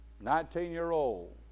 Nineteen-year-old